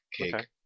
cake